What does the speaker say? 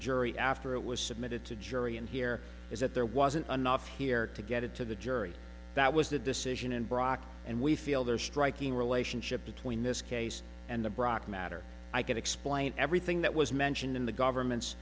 jury after it was submitted to the jury and here is that there wasn't enough here to get it to the jury that was the decision in brock and we feel there striking relationship between this case and the brock matter i can explain everything that was mentioned in the government